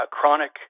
chronic